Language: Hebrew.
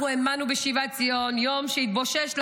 אנחנו האמנו בשיבת ציון, יום שבושש לבוא,